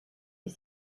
est